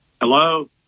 Hello